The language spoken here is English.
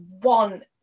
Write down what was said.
one